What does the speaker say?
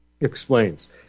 explains